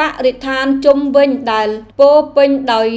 បរិស្ថានជុំវិញដែលពោរពេញដោយ